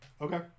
Okay